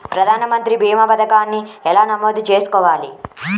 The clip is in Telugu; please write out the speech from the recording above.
ప్రధాన మంత్రి భీమా పతకాన్ని ఎలా నమోదు చేసుకోవాలి?